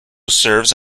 serves